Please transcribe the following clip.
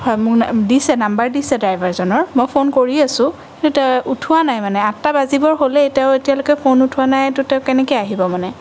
হয় মোৰ দিছে নাম্বাৰ দিছে ড্ৰাইভাৰজনৰ মই ফোন কৰি আছোঁ কিন্তু উঠোৱা নাই মানে আঠটা বাজিবৰ হ'লেই তেওঁ এতিয়ালৈকে ফোন উঠোৱা নাই ত' তেওঁ কেনেকৈ আহিব মানে